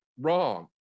wrong